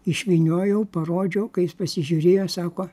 išvyniojau parodžiau kai jis pasižiūrėjo sako